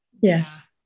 Yes